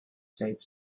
shaped